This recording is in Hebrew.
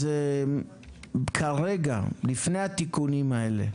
אז כרגע לפני התיקונים האלה,